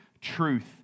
truth